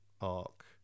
arc